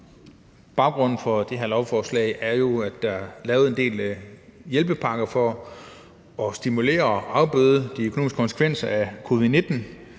Baggrunden for det her lovforslag er jo, at der er lavet en del hjælpepakker for at stimulere økonomien og afbøde de økonomiske konsekvenser af covid-19.